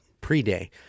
pre-day